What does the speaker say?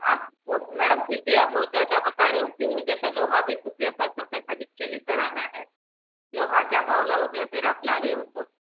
आप तब मैडम फिर भी बहुत ज़्यादा बता रहे हो क्यों मुझे फिर लोहा भी ख़ुद के पैसों सेख़रीद कर ले कर आना है लोहा क्या भाव लाओगे अगर आप ला रहे हो तो